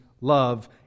love